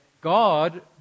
God